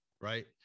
Right